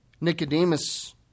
Nicodemus